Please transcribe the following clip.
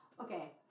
Okay